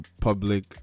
public